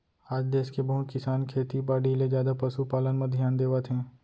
आज देस के बहुत किसान खेती बाड़ी ले जादा पसु पालन म धियान देवत हें